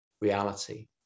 reality